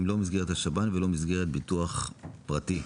לא במסגרת השב"ן ולא במסגרת ביטוח פרטי.